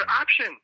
option